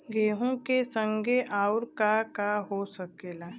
गेहूँ के संगे आऊर का का हो सकेला?